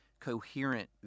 coherent